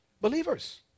Believers